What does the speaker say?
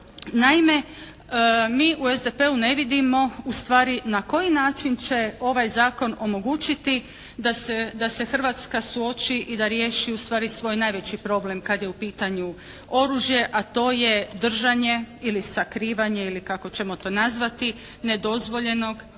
Naime, mi u SDP-u ne vidimo ustvari na koji način će ovaj zakon omogućiti da se Hrvatska suoči i da riješi ustvari svoj najveći problem kad je u pitanju oružje, a to je držanje ili sakrivanje ili kako ćemo to nazvati nedozvoljenog odnosno